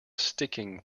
sticking